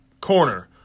corner